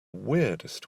weirdest